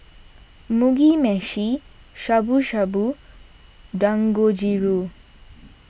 Mugi Meshi Shabu Shabu and Dangojiru